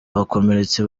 bakomeretse